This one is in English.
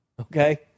okay